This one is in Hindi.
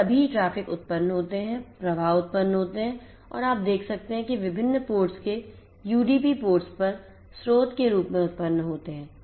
तो सभी ट्रैफ़िक उत्पन्न होते हैं प्रवाह उत्पन्न होते हैं और आप देख सकते हैं कि विभिन्न पोर्ट्स के यूडीपी पोर्ट्स पर स्रोत के रूप में उत्पन्न होते हैं